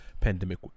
pandemic